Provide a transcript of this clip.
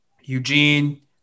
Eugene